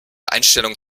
einstellung